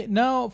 now